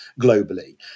globally